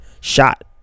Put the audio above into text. shot